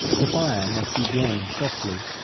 the fire must be blown softly,